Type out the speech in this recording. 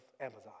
Amazon